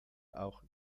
auch